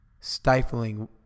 stifling